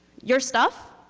your stuff,